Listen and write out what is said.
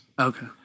Okay